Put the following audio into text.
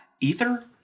ether